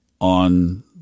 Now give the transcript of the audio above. on